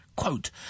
Quote